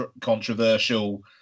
controversial